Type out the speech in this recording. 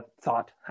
thought